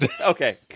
Okay